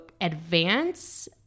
advance